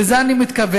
לזה אני מתכוון.